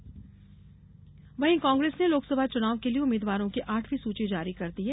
कांग्रेस सूची कांग्रेस ने लोकसभा चुनाव के लिए उम्मीदवारों की आठवीं सूची जारी कर दी है